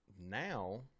now